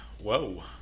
whoa